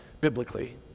biblically